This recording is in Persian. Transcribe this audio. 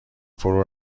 فرو